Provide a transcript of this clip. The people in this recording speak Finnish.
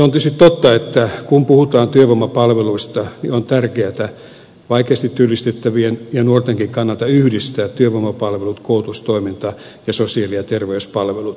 on tietysti totta että kun puhutaan työvoimapalveluista niin on tärkeätä vaikeasti työllistettävien ja nuortenkin kannalta yhdistää työvoimapalvelut koulutustoiminta ja sosiaali ja terveyspalvelut